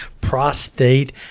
Prostate